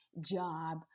job